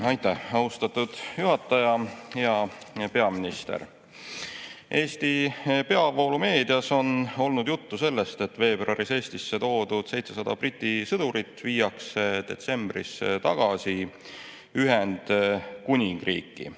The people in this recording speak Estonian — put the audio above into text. Aitäh, austatud juhataja! Hea peaminister! Eesti peavoolumeedias on olnud juttu sellest, et veebruaris Eestisse toodud 700 Briti sõdurit viiakse detsembris tagasi Ühendkuningriiki.